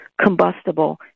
combustible